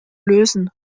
lösen